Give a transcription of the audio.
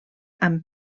amb